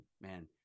man